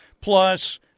Plus